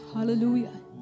Hallelujah